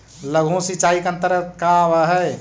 लघु सिंचाई के अंतर्गत का आव हइ?